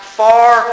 far